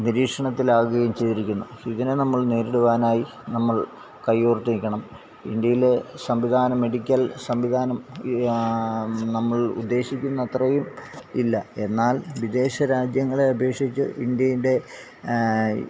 നിരീക്ഷണത്തിൽ ആകുകയും ചെയ്തിരിക്കുന്നു ഇതിനെ നമ്മൾ നേരിടുവാനായി നമ്മൾ കൈ കോർത്ത് നിൽക്കണം ഇന്ത്യയിലെ സംവിധാനം മെഡിക്കൽ സംവിധാനം നമ്മൾ ഉദ്ദേശിക്കുന്ന അത്രയും ഇല്ല എന്നാൽ വിദേശരാജ്യങ്ങളെ അപേക്ഷിച്ച് ഇന്ത്യയിൻറെ